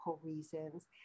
reasons